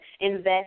invest